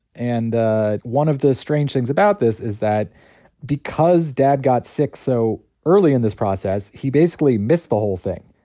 and one of the strange things about this is that because dad got sick so early in this process, he basically missed the whole thing.